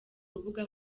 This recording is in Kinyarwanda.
rubuga